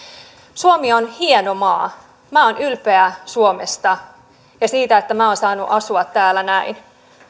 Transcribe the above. suomi on hieno maa minä olen ylpeä suomesta ja siitä että minä olen saanut asua täällä näin